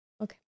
Okay